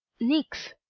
niecks,